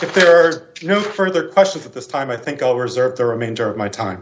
if there are no further questions at this time i think over serve the remainder of my time